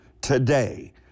today